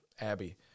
Abby